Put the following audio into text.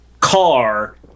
car